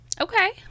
okay